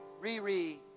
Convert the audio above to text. Riri